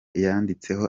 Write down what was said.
yanditseho